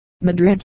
Madrid